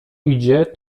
idzie